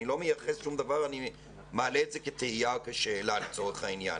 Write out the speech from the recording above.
אני לא מייחס שום דבר אלא אני מעלה את זה כתהייה או כשאלה לצורך העניין,